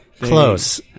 Close